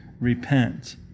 Repent